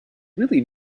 really